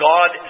God